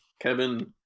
Kevin